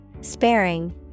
Sparing